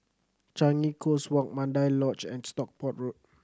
Changi Coast Walk Mandai Lodge and Stockport Road